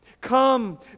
Come